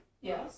yes